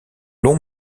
long